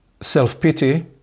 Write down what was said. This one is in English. self-pity